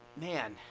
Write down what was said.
Man